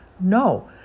No